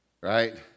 right